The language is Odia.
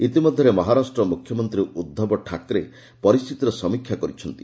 ଇତିମଧ୍ୟରେ ମହାରାଷ୍ଟ୍ର ମୁଖ୍ୟମନ୍ତ୍ରୀ ଉଦ୍ଧବ ଠାକରେ ପରିସ୍ଥିତିର ସମୀକ୍ଷା କରିଛନ୍ତି